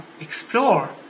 explore